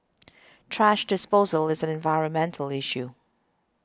thrash disposal is an environmental issue